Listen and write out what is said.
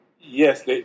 yes